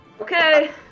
Okay